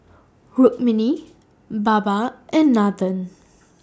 Rukmini Baba and Nathan